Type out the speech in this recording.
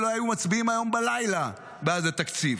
ולא היו מצביעים היום בלילה בעד התקציב.